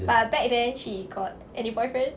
but back then she got any boyfriend